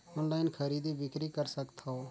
Online खरीदी बिक्री कर सकथव?